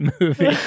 movie